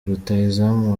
rutahizamu